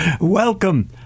Welcome